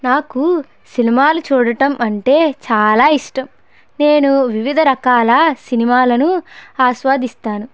నాకు సినిమాలు చూడటం అంటే చాలా ఇష్టం నేను వివిధ రకాల సినిమాలను ఆస్వాదిస్తాను